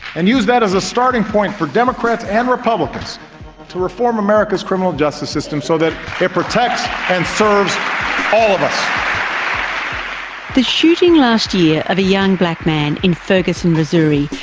and use that as a starting point for democrats and republicans to reform america's criminal justice system so that it protects and serves the shooting last year of a young black man in ferguson, missouri,